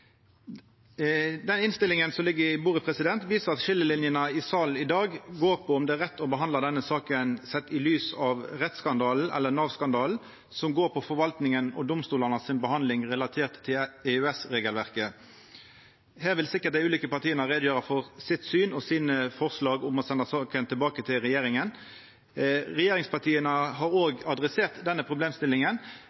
Den innstillinga som ligg på bordet, viser at skiljelinene i salen i dag går på om det er rett å behandla denne saka sett i lys av rettsskandalen, eller Nav-skandalen, som går på forvaltninga og domstolane si behandling relatert til EØS-regelverket. Her vil sikkert dei ulike partia greia ut for sitt syn og sine forslag om å senda saka tilbake til regjeringa. Regjeringspartia har